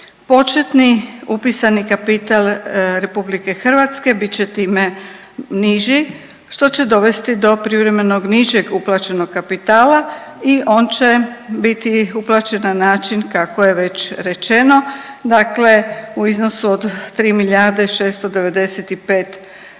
Početni upisani kapital RH bit će time niži što će dovesti do privremenog nižeg uplaćenog kapitala i on će biti uplaćen na način kako je već rečeno u iznosu od 3 milijarde